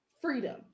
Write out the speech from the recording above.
freedom